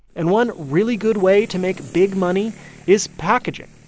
and one really good way to make big money is packaging.